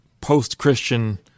post-Christian